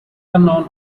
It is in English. unknown